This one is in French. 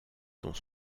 sont